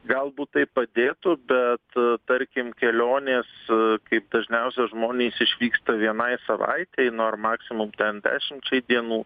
galbūt tai padėtų bet tarkim kelionės kaip dažniausiai žmonės išvyksta vienai savaitei nu ar maksimum ten dešimčiai dienų